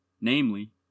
namely